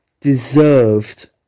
deserved